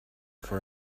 for